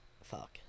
Fuck